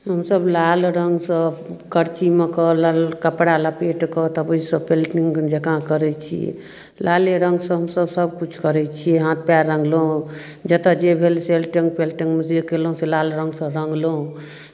हमसभ लाल रङ्गसँ कर्चीमे कऽ लल कपड़ा लपेटि कऽ तब ओहिसँ पेंटिंग जँका करै छी लाले रङ्गसँ हमसभ सभकिछु करै छी हाथ पएर रङ्गलहुँ जतय जे भेल सेल्टिंग पेंटिंगमे जे कएलहुँ से लाल रङ्गसँ रङ्गलहुँ